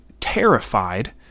terrified